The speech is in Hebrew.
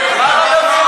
באזהרה, זוהר.